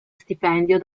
stipendio